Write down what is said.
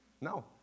No